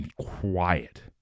quiet